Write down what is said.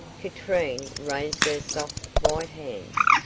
katrine raised her soft, white hands.